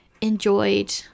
enjoyed